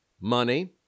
money